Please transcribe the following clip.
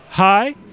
Hi